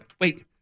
Wait